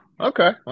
okay